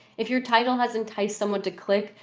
if your title has entice someone to click,